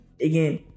again